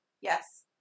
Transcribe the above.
yes